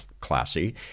classy